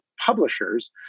publishers